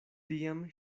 tiam